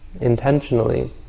intentionally